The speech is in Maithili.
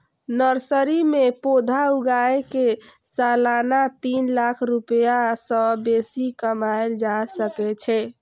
नर्सरी मे पौधा उगाय कें सालाना तीन लाख रुपैया सं बेसी कमाएल जा सकै छै